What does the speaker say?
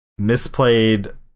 misplayed